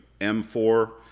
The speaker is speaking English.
M4